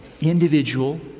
Individual